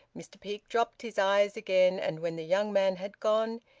mr peake dropped his eyes again, and when the young man had gone,